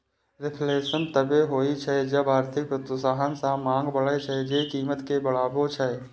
reflation तबो होइ छै जब आर्थिक प्रोत्साहन सं मांग बढ़ै छै, जे कीमत कें बढ़बै छै